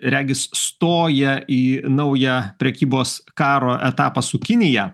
regis stoja į naują prekybos karo etapą su kinija